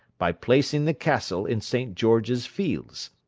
by placing the castle in st. george's fields,